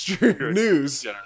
news